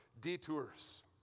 detours